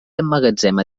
emmagatzema